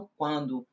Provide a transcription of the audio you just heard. quando